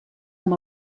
amb